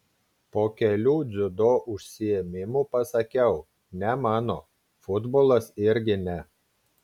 po kelių dziudo užsiėmimų pasakiau ne mano futbolas irgi ne